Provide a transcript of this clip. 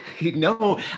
no